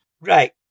Right